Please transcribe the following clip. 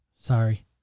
Sorry